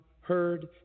heard